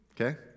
okay